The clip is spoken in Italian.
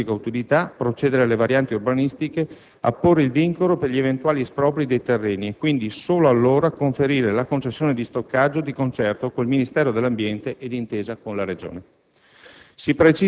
dichiararne la pubblica utilità, procedere alle varianti urbanistiche, apporre il vincolo per gli eventuali espropri dei terreni e, quindi, solo allora, conferire la concessione di stoccaggio, di concerto con il Ministero dell' ambiente e d'intesa con la Regione.